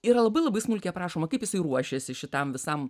yra labai labai smulkiai aprašoma kaip jisai ruošėsi šitam visam